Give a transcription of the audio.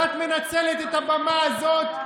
ואת מנצלת את הבמה הזאת,